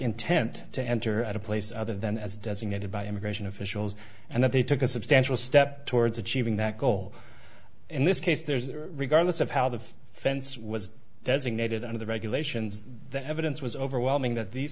intent to enter at a place other than as designated by immigration officials and that they took a substantial step towards achieving that goal in this case there's regardless of how the fence was designated under the regulations the evidence was overwhelming that these